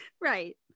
Right